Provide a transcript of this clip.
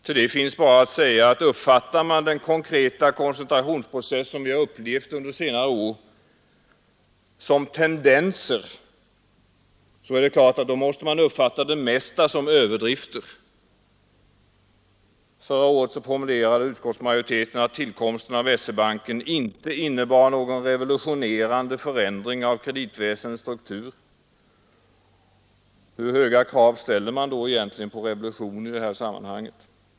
Till det finns bara att säga att uppfattar man den konkreta koncentrationsprocess som vi upplevt under senare år som ”tendenser”, så är det klart att man måste uppfatta det mesta som överdrifter. Förra året formulerade utskottsmajoriteten det så, att tillkomsten av SE-banken ”inte innebar någon revolutionerande förändring av kreditväsendets struktur”. Hur höga krav ställer man då på en revolution i det här sammanhanget?